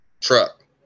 truck